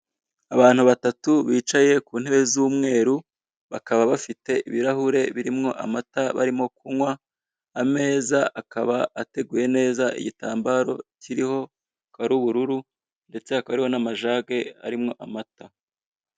Abantu batatu bicaye ku ntebe z'umweru, bakaba bafite ibirahure birimo amata barimo kunywa, ameza akaba ateguye neza igitambaro kiriho akaba ari ubururu ndetse hakaba hariho n'amajage arimo amata.